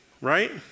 Right